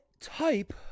type